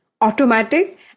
automatic